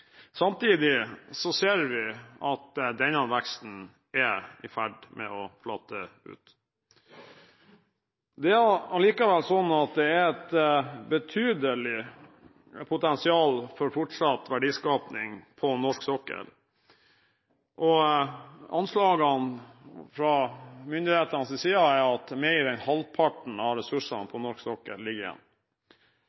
Samtidig ser vi at denne veksten er i ferd med å flate ut. Det er allikevel sånn at det er et betydelig potensial for fortsatt verdiskaping på norsk sokkel, og anslagene fra myndighetenes side er at mer enn halvparten av ressursene